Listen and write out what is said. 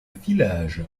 village